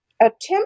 attempt